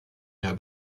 herr